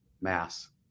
mass